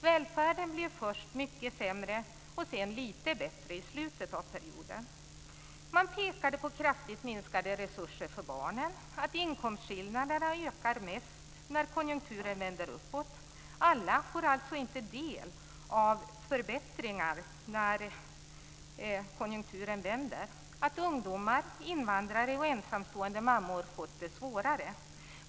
Välfärden blev först mycket sämre, och sedan lite bättre i slutet av perioden. Man pekade på kraftigt minskade resurser för barnen, på att inkomstskillnaderna ökar mest när konjunkturen vänder uppåt - alltså får inte alla del av förbättringarna när konjunkturen vänder - och på att ungdomar, invandrare och ensamstående mammor fått det svårare.